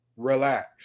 relax